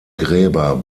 gräber